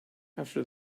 after